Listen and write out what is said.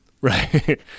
Right